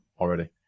already